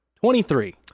Twenty-three